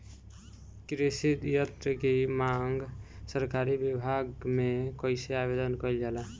कृषि यत्र की मांग सरकरी विभाग में कइसे आवेदन कइल जाला?